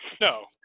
No